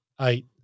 eight